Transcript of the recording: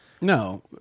No